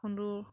খুন্দু